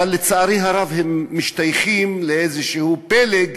שלצערי הרב משתייכים לפלג